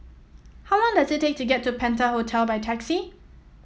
how long does it take to get to Penta Hotel by taxi